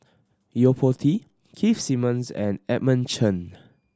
Yo Po Tee Keith Simmons and Edmund Chen